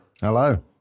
Hello